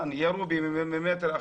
ירו בי ממטר אחד,